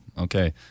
okay